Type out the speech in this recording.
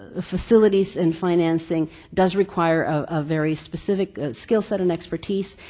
ah facilities and financing does require a very specific skill set and expertise.